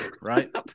Right